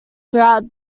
throughout